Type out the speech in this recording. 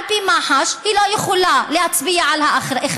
על פי מח"ש: היא לא יכולה להצביע על האחראי.